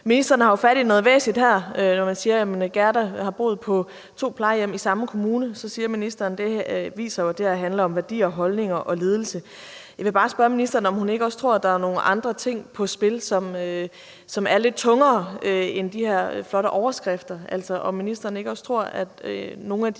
Ministeren har jo fat i noget væsentligt her. Når man siger, at Gerda har boet på to plejehjem i samme kommune, siger ministeren, at det viser, at det her handler om værdier og holdninger og ledelse. Jeg vil bare spørge ministeren, om hun ikke også tror, der er nogle andre ting på spil, som er lidt tungere end de her flotte overskrifter.